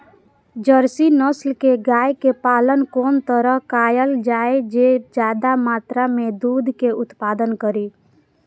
Jersey नस्ल के गाय के पालन कोन तरह कायल जाय जे ज्यादा मात्रा में दूध के उत्पादन करी?